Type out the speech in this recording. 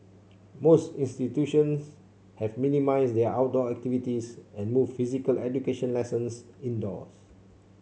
most institutions have minimised their outdoor activities and moved physical education lessons indoors